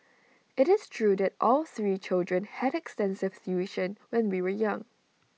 IT is true that all three children had extensive tuition when we were young